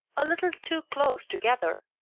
a little too close together,